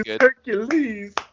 Hercules